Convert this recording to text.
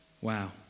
Wow